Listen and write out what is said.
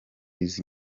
izi